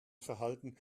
verhalten